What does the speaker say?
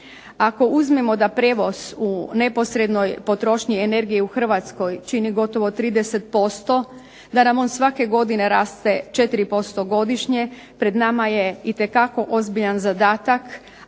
Ako uzmemo da prijevoz u neposrednoj potrošnji energije u Hrvatskoj čini gotovo30%, da nam on svake godine raste 4% godišnje, pred nama je itekako ozbiljan zadatak